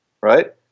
right